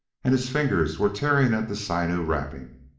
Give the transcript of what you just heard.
and his fingers were tearing at the sinew wrapping.